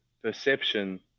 perception